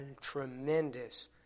tremendous